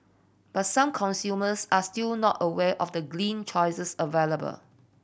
but some consumers are still not aware of the choices available